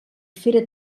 fera